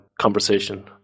Conversation